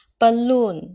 balloon